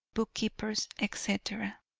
book-keepers, etc.